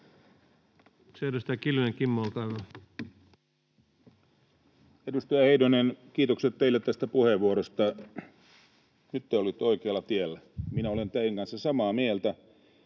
Edustaja Heinonen, kiitokset teille tästä puheenvuorosta. Nyt te olitte oikealla tiellä. Minä olen teidän kanssanne samaa mieltä.